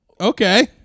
Okay